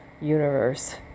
universe